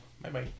Bye-bye